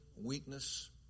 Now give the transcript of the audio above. weakness